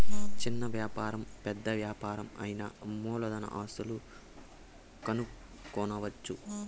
చిన్న వ్యాపారం పెద్ద యాపారం అయినా మూలధన ఆస్తులను కనుక్కోవచ్చు